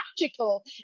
magical